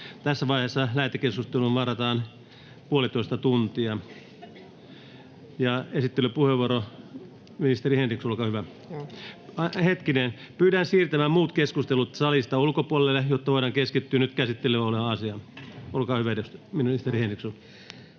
Tässä vaiheessa lähetekeskusteluun varataan puolitoista tuntia. Esittelypuheenvuoro, ministeri Henriksson, olkaa hyvä. — Hetkinen, pyydän siirtämään muut keskustelut salista ulkopuolelle, jotta voidaan keskittyä nyt käsittelyssä olevaan asiaan. — Olkaa hyvä, ministeri Henriksson.